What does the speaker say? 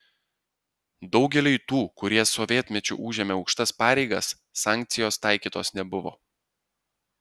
daugeliui tų kurie sovietmečiu užėmė aukštas pareigas sankcijos taikytos nebuvo